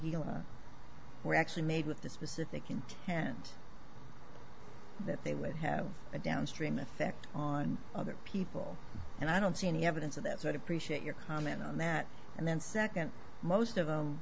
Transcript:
deal were actually made with the specific intent that they would have a downstream effect on other people and i don't see any evidence of that sort appreciate your comment on that and then second most of them